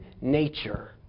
nature